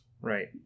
Right